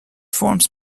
forms